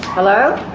hello?